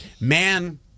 man